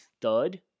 thud